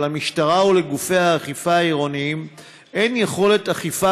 שלמשטרה או לגופי האכיפה העירוניים אין יכולת אכיפה